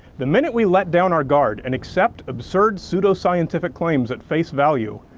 the minute we let down our guard and accept absurd pseudoscientific claims at face value,